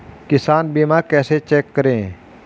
किसान बीमा कैसे चेक करें?